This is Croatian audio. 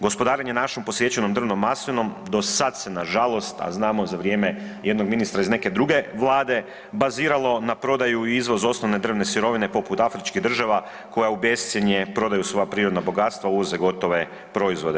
Gospodarenje našom posjećenom drvnom masom do sad se na žalost a znamo za vrijeme jednog ministra iz neke druge Vlade baziralo na prodaju i izvoz osnovne drvne sirovine poput Afričkih država koja u bescjenje prodaju svoja prirodna bogatstva, uvoze gotove proizvode.